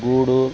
Gudur